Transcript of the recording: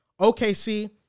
OKC